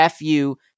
FU